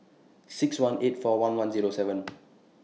six one eight four one one Zero seven